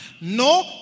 No